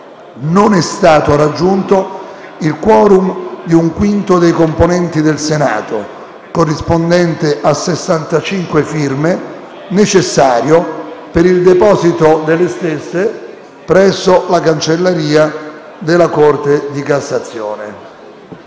non è stato raggiunto il *quorum* di un quinto dei componenti del Senato, corrispondente a sessantacinque firme, necessario per il deposito delle stesse presso la cancelleria della Corte di cassazione.